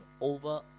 over